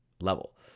level